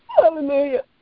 Hallelujah